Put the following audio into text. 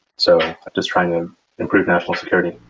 so just trying to improve national security.